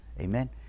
amen